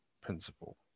Principle